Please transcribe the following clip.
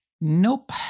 Nope